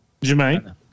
Jermaine